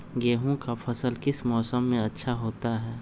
गेंहू का फसल किस मौसम में अच्छा होता है?